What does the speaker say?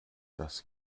das